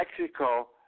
Mexico